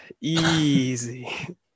Easy